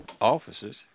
officers